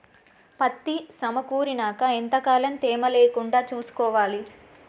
పత్తి సమకూరినాక ఎంత కాలం తేమ లేకుండా చూసుకోవాలి?